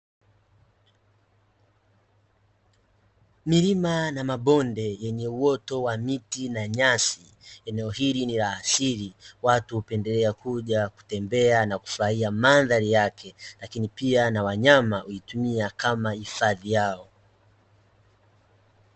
Milima na mabonde yenye uoto wa miti na nyasi, eneo hili ni la asili watu hupendelea kuja kutembea na kufurahia mandhari yake lakini pia na wanyama huitumia kama hifadhi yao.